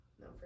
no